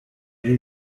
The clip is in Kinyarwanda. ari